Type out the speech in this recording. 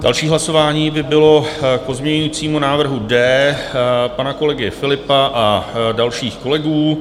Další hlasování by bylo k pozměňujícímu návrhu D pana kolegy Philippa a dalších kolegů.